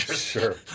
sure